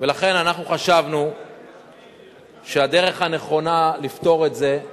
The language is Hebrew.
לכן, אנחנו חשבנו שהדרך הנכונה לפתור את זה היא